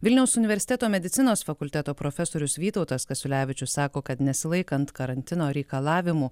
vilniaus universiteto medicinos fakulteto profesorius vytautas kasiulevičius sako kad nesilaikant karantino reikalavimų